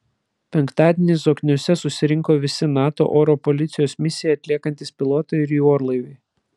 penktadienį zokniuose susirinko visi nato oro policijos misiją atliekantys pilotai ir jų orlaiviai